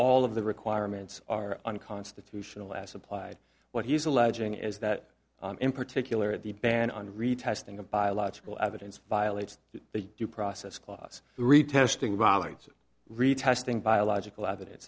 all of the requirements are unconstitutional as applied what he's alleging is that in particular the ban on retesting of biological evidence violates the due process clause retesting violates retesting biological evidence